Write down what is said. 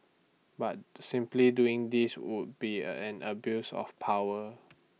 but simply doing this would be an abuse of power